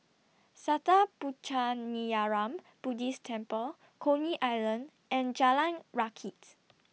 Sattha Puchaniyaram Buddhist Temple Coney Island and Jalan Rakits